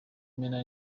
imena